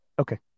Okay